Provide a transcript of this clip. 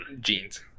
jeans